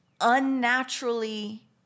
Unnaturally